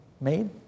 made